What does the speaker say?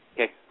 Okay